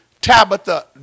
Tabitha